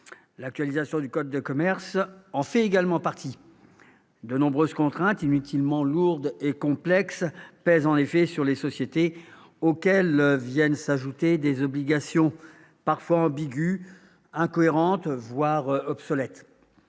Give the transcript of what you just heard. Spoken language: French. L'actualisation du code de commerce en fait également partie : de nombreuses contraintes, inutilement lourdes et complexes, pèsent en effet sur les sociétés, auxquelles viennent s'ajouter des obligations parfois ambiguës, incohérentes, voire obsolètes.